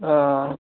हां